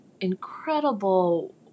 incredible